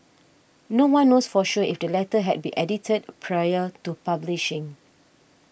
no one knows for sure if the letter had been edited prior to publishing